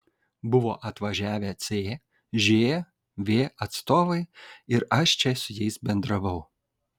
buvo atvažiavę cžv atstovai ir aš čia su jais bendravau